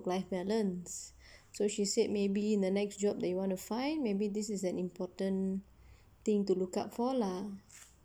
life balance so she said maybe in the next job that you want to find maybe this is an important thing to look out for lah